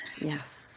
Yes